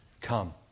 come